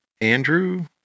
Andrew